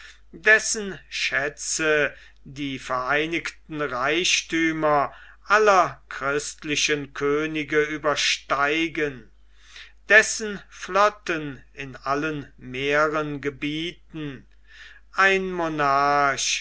dessen schätze die vereinigten reichthümer aller christlichen könige übersteigen dessen flotten in allen meeren gebieten ein monarch